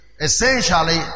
essentially